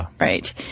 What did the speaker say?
Right